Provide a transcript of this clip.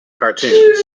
cartoons